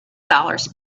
dollars